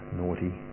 naughty